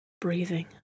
breathing